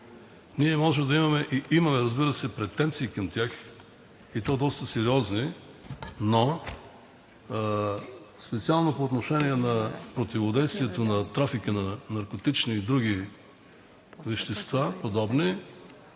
Ние може да имаме и имаме, разбира се, претенции към тях, и то доста сериозни, но специално по отношение на противодействието на трафика на наркотични и други подобни